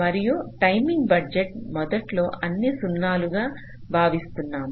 మరియు timing budget మొదట్లో అన్ని సున్నాలుగా భావిస్తున్నాము